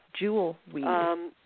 Jewelweed